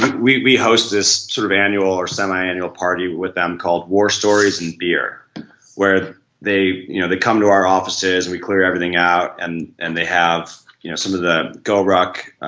we we host this sort of annual or semiannual party with them called war stories and beer where they you know they come to our offices and we clear everything out and and they have you know some of the goruck